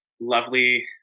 lovely